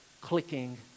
clicking